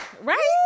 Right